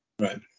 Right